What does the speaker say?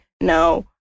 No